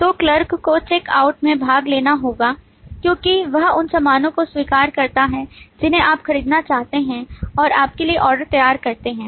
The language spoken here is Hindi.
तो क्लर्क को चेक आउट में भाग लेना होगा क्योंकि वह उन सामानों को स्वीकार करता है जिन्हें आप खरीदना चाहते हैं और आपके लिए ऑर्डर तैयार करते हैं